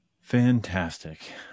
fantastic